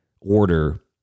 order